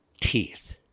teeth